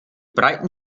breiten